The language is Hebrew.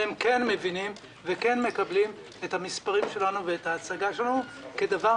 והם כן מבינים וכן מקבלים את המספרים שלנו ואת ההצגה שלנו כדבר